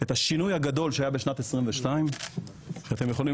את השינוי הגדול שהיה בשנת 2022. אתם יכולים